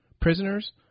prisoners